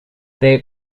this